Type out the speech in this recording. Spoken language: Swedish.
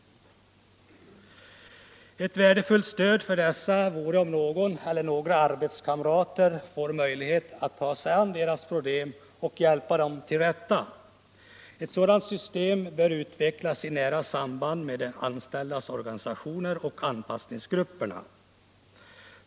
Ett värdefullt stöd för dessa vore om någon eller några arbetskamrater får möjlighet alt ta sig an deras problem och hjälpa dem till rätta. Ett sådant system bör utvecklas i nära samarbete med de anställdas organisationer och anpassningsgrupperna.